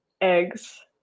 eggs